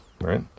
right